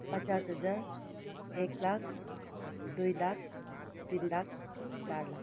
पचास हजार एक लाख दुई लाख तिन लाख चार लाख